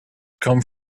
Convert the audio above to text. come